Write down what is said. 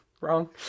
wrong